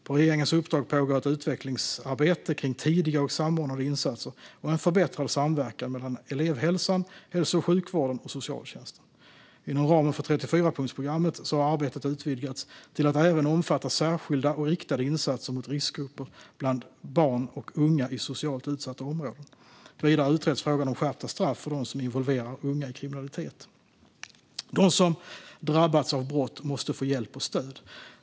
På regeringens uppdrag pågår ett utvecklingsarbete kring tidiga och samordnade insatser och en förbättrad samverkan mellan elevhälsan, hälso och sjukvården och socialtjänsten. Inom ramen för 34-punktsprogrammet har arbetet utvidgats till att även omfatta särskilda och riktade insatser mot riskgrupper bland barn och unga i socialt utsatta områden. Vidare utreds frågan om skärpta straff för dem som involverar unga i kriminalitet. De som drabbats av brott måste få hjälp och stöd.